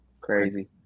Crazy